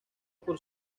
por